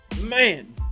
Man